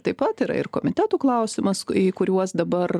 taip pat yra ir komitetų klausimas į kuriuos dabar